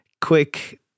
quick